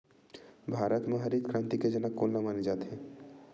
भारत मा हरित क्रांति के जनक कोन ला माने जाथे?